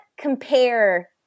compare